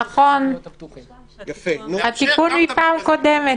נכון, התיקון מפעם קודמת.